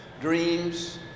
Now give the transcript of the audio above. dreams